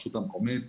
רשות המקומית.